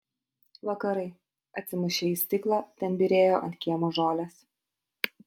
vakarai atsimušę į stiklą ten byrėjo ant kiemo žolės